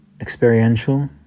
experiential